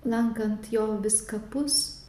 lankant jo vis kapus